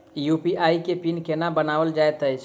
UPI केँ pin केना बनायल जाइत अछि